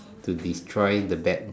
to destroy the bad